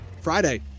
Friday